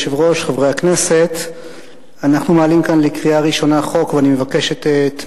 חוק ומשפט על מנת להכינה לקריאה שנייה וקריאה שלישית.